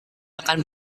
akan